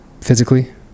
physically